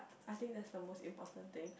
I think that's the most important thing